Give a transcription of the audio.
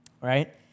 right